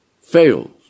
fails